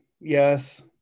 Yes